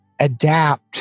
adapt